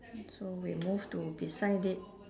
so we move to beside it